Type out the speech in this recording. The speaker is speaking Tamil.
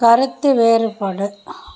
கருத்து வேறுபாடு